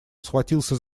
схватился